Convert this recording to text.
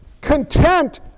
Content